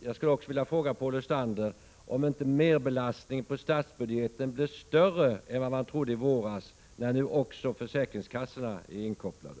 Jag vill också fråga Paul Lestander om inte merbelastningen på statsbudgeten blir större än vad man trodde i våras när nu också försäkringskassorna skall inkopplas.